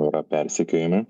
yra persekiojami